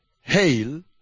Hail